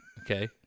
Okay